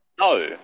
No